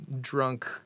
drunk